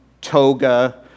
toga